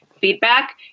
feedback